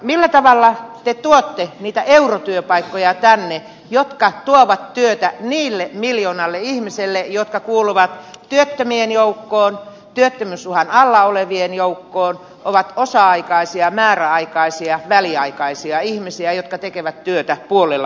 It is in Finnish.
millä tavalla te tuotte niitä eurotyöpaikkoja tänne jotka tuovat työtä niille miljoonalle ihmiselle jotka kuuluvat työttömien joukkoon työttömyysuhan alla olevien joukkoon ovat osa aikaisia määräaikaisia väliaikaisia ihmisiä jotka tekevät työtä puolella palkalla